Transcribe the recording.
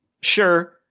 sure